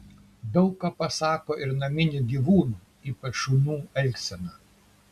daug ką pasako ir naminių gyvūnų ypač šunų elgsena